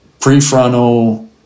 prefrontal